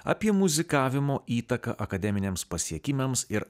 apie muzikavimo įtaką akademiniams pasiekimams ir